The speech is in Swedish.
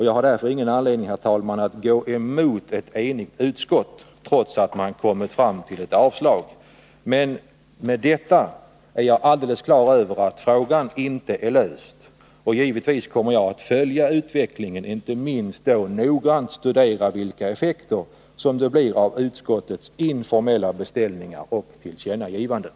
Jag har därför ingen anledning, herr talman, att gå emot ett enigt utskott, trots att man kommer fram till ett avstyrkande. Men jag är alldeles klar över att frågan inte är löst med detta, och givetvis kommer jag att följa utvecklingen och inte minst noggrant studera vilka effekter det blir av utskottets informella beställningar och tillkännagivanden.